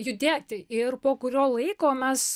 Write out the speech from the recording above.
judėti ir po kurio laiko mes